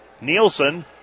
Nielsen